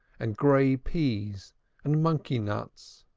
and gray peas and monkey-nuts,